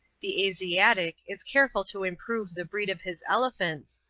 the asiatic is careful to improve the breed of his elephants,